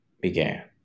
began